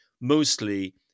mostly